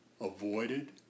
avoided